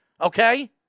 Okay